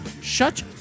Shut